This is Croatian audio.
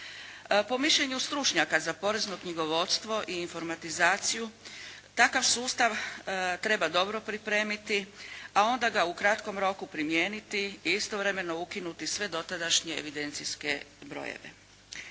Po mišljenju stručnjaka za porezno knjigovodstvo i informatizaciju takav sustav treba dobro pripremiti, a onda ga u kratkom roku primijeniti i istovremeno ukinuti sve dotadašnje evidencijske brojeve.